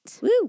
Woo